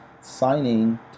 signing